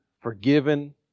forgiven